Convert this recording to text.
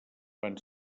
van